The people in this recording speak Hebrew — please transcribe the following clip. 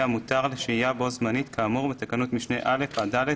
המותר לשהייה בו־זמנית כאמור בתקנות משנה (א) עד (ד),